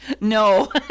No